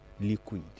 liquid